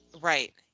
Right